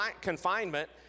confinement